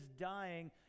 dying